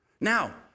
Now